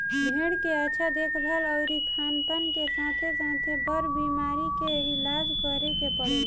भेड़ के अच्छा देखभाल अउरी खानपान के साथे साथे, बर बीमारी के इलाज करे के पड़ेला